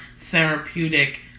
therapeutic